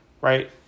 right